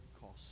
cost